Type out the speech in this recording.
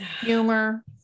humor